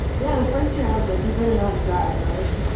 yeah, the first year i was like, you better know how to drive, right.